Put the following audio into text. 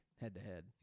head-to-head